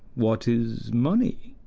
what is money?